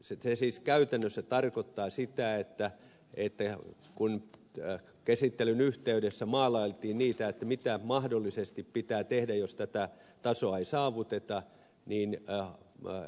se siis käytännössä tarkoittaa sitä että kun käsittelyn yhteydessä maalailtiin niitä asioita mitä mahdollisesti pitää tehdä jos tätä tasoa ei saavuteta viini ja maa ja